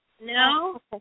No